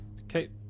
Okay